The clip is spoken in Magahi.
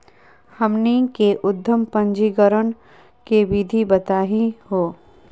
हमनी के उद्यम पंजीकरण के विधि बताही हो?